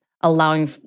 allowing